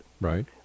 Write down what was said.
Right